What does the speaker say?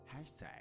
Hashtag